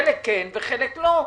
חלק כן וחלק לא.